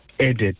added